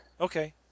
Okay